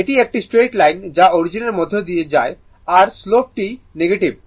এটি একটি straight line যা অরিজিনের মধ্য দিয়ে যায় আর স্লোপটি নেগেটিভ